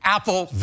Apple